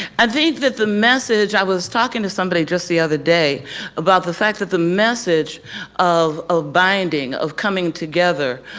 i think that the message i was talking to somebody just the other day about the fact that the message of a binding, of coming together,